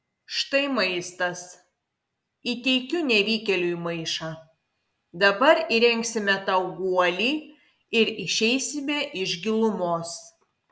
štai maistas įteikiu nevykėliui maišą dabar įrengsime tau guolį ir išeisime iš gilumos